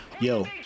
Yo